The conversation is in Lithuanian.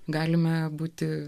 galime būti